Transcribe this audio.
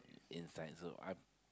inside so I